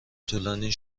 طولانی